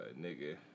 nigga